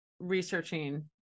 researching